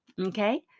okay